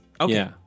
Okay